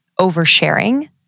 oversharing